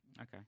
Okay